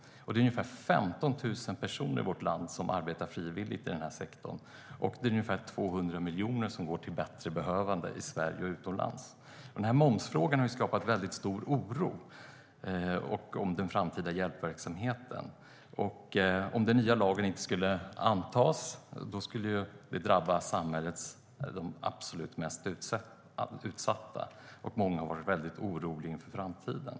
Ungefär 15 000 personer i vårt land arbetar frivilligt i denna sektor, och ungefär 200 miljoner går till bättre behövande i Sverige och utomlands. Momsfrågan har skapat väldigt stor oro kring den framtida hjälpverksamheten. Om den nya lagen inte skulle antas skulle det drabba de absolut mest utsatta i samhället, och många har varit oroliga inför framtiden.